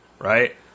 right